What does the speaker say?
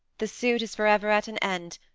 the suit is for ever at an end,